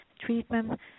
treatment